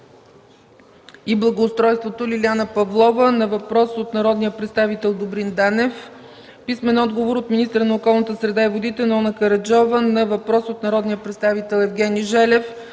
и благоустройството Лиляна Павлова на въпрос от народния представител Добрин Данев; - от министъра на околната среда и водите Нона Караджова на въпрос от народния представител Евгений Желев;